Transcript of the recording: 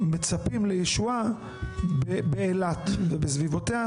מצפים לישועה באילת ובסביבותיה,